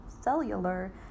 cellular